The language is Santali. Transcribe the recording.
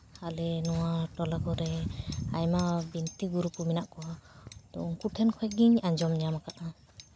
ᱟᱞᱮ ᱱᱚᱣᱟ ᱴᱚᱞᱟ ᱠᱚᱨᱮ ᱟᱭᱢᱟ ᱵᱤᱱᱛᱤ ᱜᱩᱨᱩ ᱠᱚ ᱢᱮᱱᱟᱜ ᱠᱚᱣᱟ ᱩᱱᱠᱩ ᱴᱷᱮᱡ ᱠᱷᱚᱱᱜᱤᱧ ᱟᱸᱡᱚᱢ ᱧᱟᱢ ᱟᱠᱟᱫᱟ